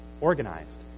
organized